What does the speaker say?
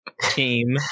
team